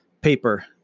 paper